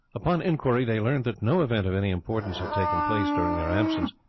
upon inquiry they learnt that no event of any importance had taken place during their absence.